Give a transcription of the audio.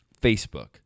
Facebook